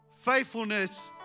faithfulness